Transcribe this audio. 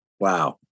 Wow